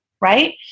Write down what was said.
right